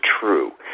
true